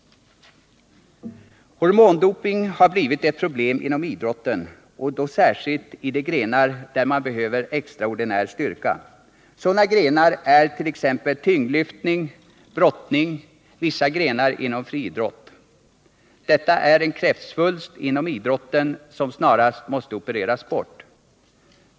Hormondopingen har blivit ett problem inom idrotten, särskilt i de grenar där man behöver extraordinär styrka. Sådana grenar är t.ex. tyngdlyftning, brottning och vissa grenar inom fri idrott. Detta är en kräftsvulst inom idrotten som snarast måste opereras bort.